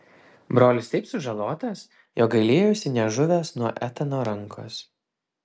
brolis taip sužalotas jog gailėjosi nežuvęs nuo etano rankos